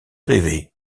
rêver